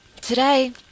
today